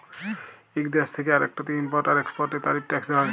ইক দ্যেশ থ্যাকে আরেকটতে ইমপরট আর একেসপরটের তারিফ টেকস হ্যয়